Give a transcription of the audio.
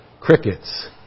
crickets